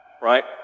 right